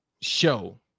show